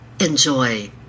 Enjoy